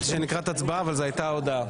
חשבתי שהיא נקראת הצבעה, אבל זו הייתה הודעה.